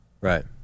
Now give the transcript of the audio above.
Right